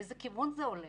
לאיזה כיוון זה הולך?